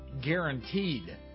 guaranteed